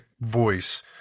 voice